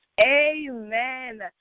amen